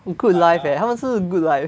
good life eh 他们是 good life